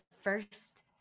first